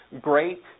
great